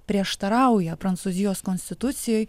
prieštarauja prancūzijos konstitucijoj